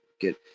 Get